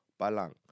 Balang